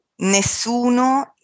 nessuno